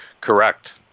Correct